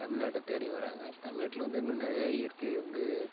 தமிழ்நாட்ட தேடி வர்றாங்க தமிழ்நாட்டில வந்து இன்னும் நிறையா இயற்கை வந்து